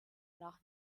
nach